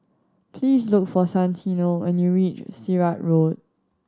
please look for Santino when you reach Sirat Road